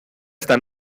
está